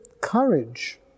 courage